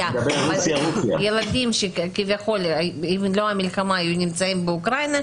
יש ילדים שכביכול אם לא המלחמה היו נמצאים באוקראינה,